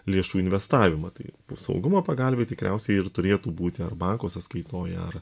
lėšų investavimą tai bus saugumo pagalvė tikriausiai ir turėtų būti ar banko sąskaitoj ar